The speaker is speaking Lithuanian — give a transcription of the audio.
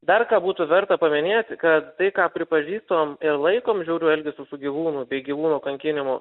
dar ką būtų verta paminėti kad tai ką pripažįstam ir laikom žiauriu elgesiu su gyvūnu bei gyvūnų kankinimu